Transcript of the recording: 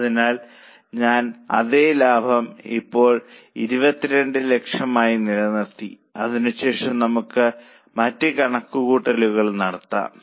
അതിനാൽ ഞാൻ അതേ ലാഭം ഇപ്പോൾ 2200000 ആയി നിലനിർത്തി അതിനുശേഷം നമുക്ക് മറ്റ് കണക്കുകൂട്ടലുകൾ നടത്താം